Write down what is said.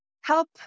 help